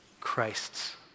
Christ's